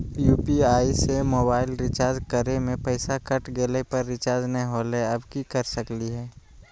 UPI से mobile recharge करे में पैसा कट गेलई, पर रिचार्ज नई होलई, अब की कर सकली हई?